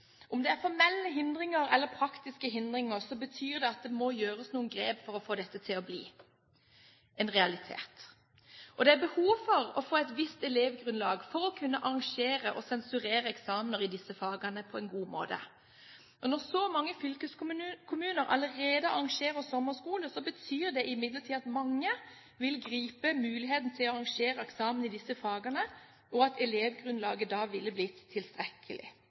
Om det er formelle eller praktiske hindringer, betyr det at det må gjøres noen grep for å få dette til å bli en realitet. Det er behov for å få et visst elevgrunnlag for å kunne arrangere og sensurere eksamener i disse fagene på en god måte. Når så mange fylkeskommuner allerede arrangerer sommerskole, betyr det imidlertid at mange vil gripe muligheten til å arrangere eksamen i disse fagene, og at elevgrunnlaget da vil bli tilstrekkelig.